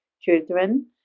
children